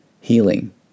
healing